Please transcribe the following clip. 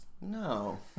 No